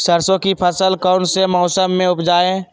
सरसों की फसल कौन से मौसम में उपजाए?